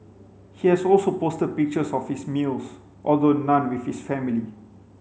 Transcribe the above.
he has also posted pictures of his meals although none with his family